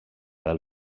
del